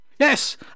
Yes